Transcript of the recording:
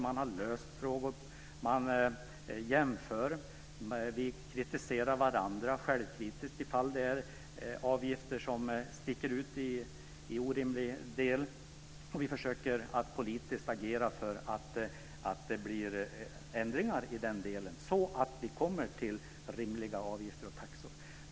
Vi gör jämförelser och är självkritiska om det förekommer avgifter som sticker ut på ett orimligt sätt. Vi försöker också agera politiskt för ändringar i sådana fall, så att det blir rimliga avgifter och taxor.